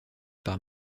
par